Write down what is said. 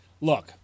Look